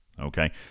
Okay